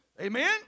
Amen